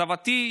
סבתי,